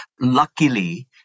luckily